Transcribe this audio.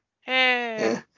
Hey